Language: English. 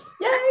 Yay